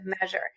measure